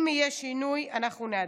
אם יהיה שינוי, אנחנו נעדכן.